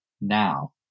now